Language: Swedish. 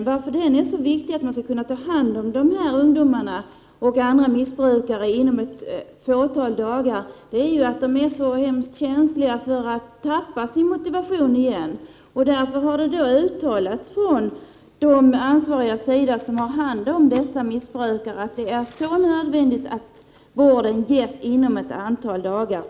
Anledningen till att det är så viktigt att man skall kunna ta hand om ungdomar och andra med missbruksproblem inom ett fåtal dagar är att de är så känsliga att de lätt förlorar sin motivation igen. Det har därför från dem som har ansvaret för åtgärder för dessa missbrukare uttalats att det är nödvändigt att vården ges inom ett antal dagar.